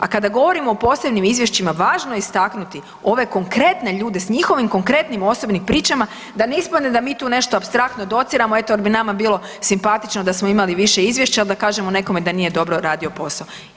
A kada govorimo o posebnim izvješćima, važno je istaknuti ove konkretne ljude s njihovim konkretnim osobnim pričama da ne ispadne da mi tu nešto apstraktno dociramo eto jer bi nama bilo simpatično da smo imali više izvješća, a da kažemo nekome da nije dobro radio posao.